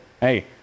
hey